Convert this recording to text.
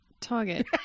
Target